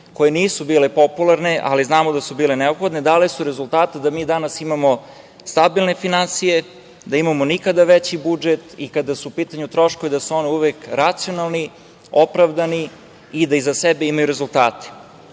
koje nisu bile popularne, ali znamo da su bile neophodne, dale su rezultate da mi danas imamo stabilne finansije, da imamo nikada veći budžet i kada su u pitanju troškovi da su oni uvek racionalni, opravdani i da iza sebe imaju rezultate. Takođe,